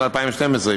2012,